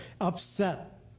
upset